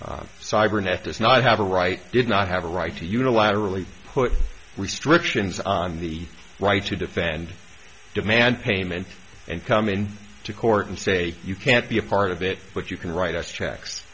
cybernet does not have a right did not have a right to unilaterally put restrictions on the right to defend demand payment and come in to court and say you can't be a part of it but you can write us checks